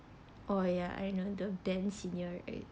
oh ya I know the dance senior right